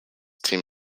team